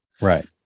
Right